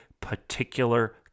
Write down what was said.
particular